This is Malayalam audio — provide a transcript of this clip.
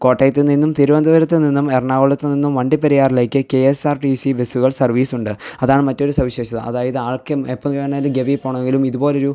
കോട്ടയത്ത് നിന്നും തിരവനന്തപുരത്ത് നിന്നും എറണാകുളത്ത് നിന്നും വണ്ടിപ്പെരിയാറിലേക്ക് K S R T C ബസ്സുകൾ സർവ്വീസുണ്ട് അതാണ് മറ്റൊരു സവിശേഷത അതായത് ആർക്കും എപ്പോൾ വേണമെങ്കിലും ഗവിയിൽ പോവണമെങ്കിലും ഇതുപോലെയൊരു